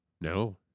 No